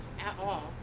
at all.